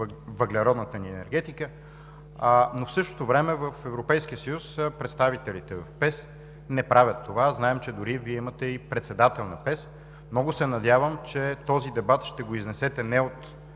въглеродната ни енергетика. В същото време в Европейския съюз представителите в ПЕС не правят това. Знаем, че дори Вие имате председател на ПЕС. Много се надявам, че този дебат ще го изнесете, няма